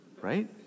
Right